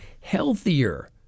healthier